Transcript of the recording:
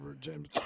James